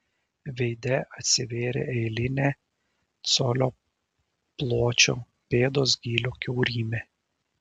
veide atsivėrė eilinė colio pločio pėdos gylio kiaurymė